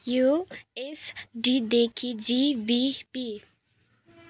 you S डीदेखि G B P